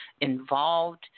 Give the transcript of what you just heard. involved